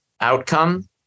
outcome